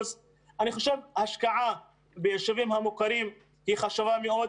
אני חושב שהשקעה ביישובים המוכרים חשובה מאוד.